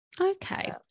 Okay